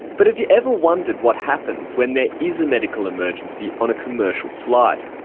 but have you ever wondered what happens when there is a medical emergency on a commercial flight?